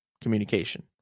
communication